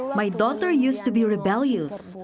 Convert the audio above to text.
my daughter used to be rebellious.